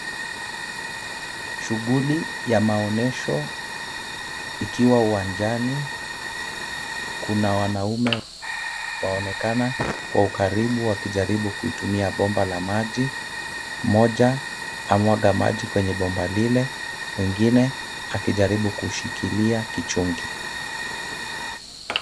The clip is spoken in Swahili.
Shughuli ya maonyesho ikiwa uwanjani, kuna wanaume waonekana kwa ukaribu wakijaribu kuitumia bomba la maji. Mmoja amwaga maji kwenye bomba lile, mwingine akijaribu kushikilia kichungi.